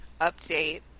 Update